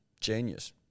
Genius